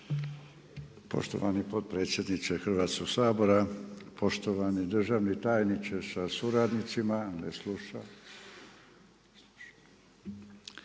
Poštovani potpredsjedniče Hrvatskog sabora, poštovani državni tajniče sa suradnicima. Dopustit